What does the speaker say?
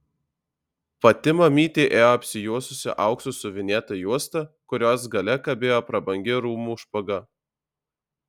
pati mamytė ėjo apsijuosusi auksu siuvinėta juosta kurios gale kabėjo prabangi rūmų špaga